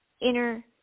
inner